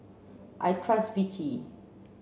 I trust Vichy